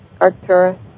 Arcturus